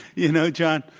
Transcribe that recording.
you know, john,